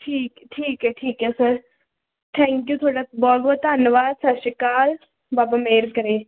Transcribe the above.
ਠੀਕ ਠੀਕ ਹੈ ਠੀਕ ਹੈ ਸਰ ਥੈਂਕ ਯੂ ਤੁਹਾਡਾ ਬਹੁਤ ਬਹੁਤ ਧੰਨਵਾਦ ਸਤਿ ਸ਼੍ਰੀ ਅਕਾਲ ਬਾਬਾ ਮਿਹਰ ਕਰੇ